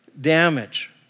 damage